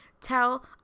tell